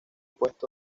puesto